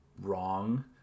wrong